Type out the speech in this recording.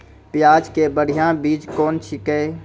प्याज के बढ़िया बीज कौन छिकै?